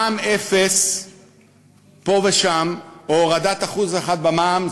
מע"מ אפס פה ושם או הורדת 1% במע"מ,